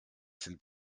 sind